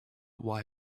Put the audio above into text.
why